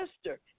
sister